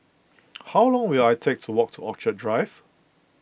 how long will I take to walk to Orchid Drive